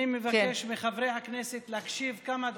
אני מבקש מחברי הכנסת להקשיב כמה דקות.